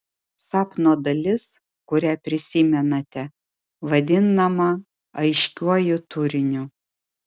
sapno dalis kurią prisimenate vadinama aiškiuoju turiniu